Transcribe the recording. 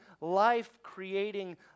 life-creating